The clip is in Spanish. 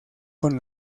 con